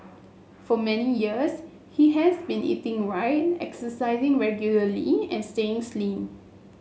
for many years he has been eating right exercising regularly and staying slim